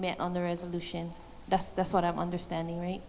met on the resolution that's that's what i'm understanding right